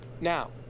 now